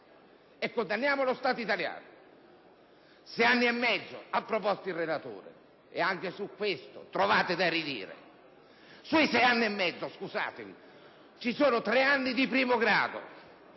e condanniamo lo Stato italiano. Il relatore ha proposto sei anni e mezzo, e anche su questo trovate da ridire. Nei sei anni e mezzo, scusatemi, ci sono tre anni di primo grado: